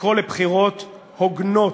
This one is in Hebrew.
לקרוא לבחירות הוגנות.